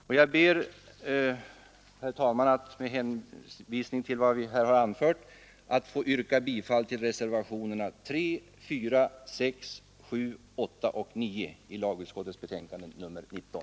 Jag ber, herr talman, med hänvisning till vad jag nu har anfört att få yrka bifall till reservationerna 3, 4, 6, 7, 8 och 9 vid lagutskottets betänkande nr 19.